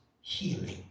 healing